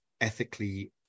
ethically